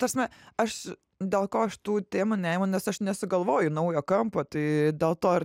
tas na aš dėl ko aš tų temų neimu nes aš nesugalvoju naujo kampo tai dėl to ir